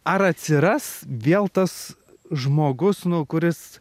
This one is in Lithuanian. ar atsiras vėl tas žmogus nu kuris